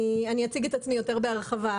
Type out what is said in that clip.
אני אציג את עצמי יותר בהרחבה.